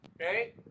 Okay